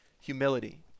humility